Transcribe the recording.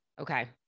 okay